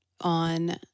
on